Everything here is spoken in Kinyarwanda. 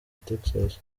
texas